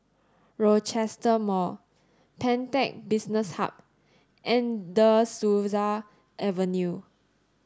Rochester Mall Pantech Business Hub and De Souza Avenue